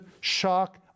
shock